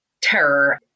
terror